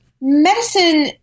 medicine